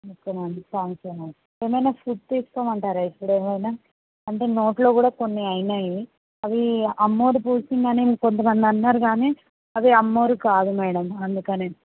okay madam thank you madam ఏమైనా food తీసుకోము అంటారా ఇప్పుడు ఏమైనా అంటే నోట్లో కూడా కొన్ని అయినాయి అది అమ్మోరు పూసింది అని కొంత మంది అన్నారు కానీ అది అమ్మోరు కాదు మేడమ్ అందుకనే